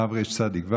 תרצ"ו.